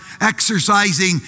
exercising